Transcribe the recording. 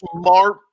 smart